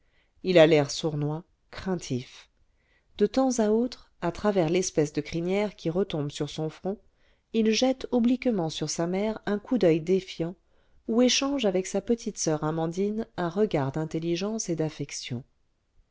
il a l'air sournois craintif de temps à autre à travers l'espèce de crinière qui retombe sur son front il jette obliquement sur sa mère un coup d'oeil défiant ou échange avec sa petite soeur amandine un regard d'intelligence et d'affection